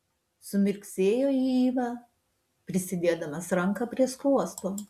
sumirksėjo į ivą prisidėdamas ranką prie skruosto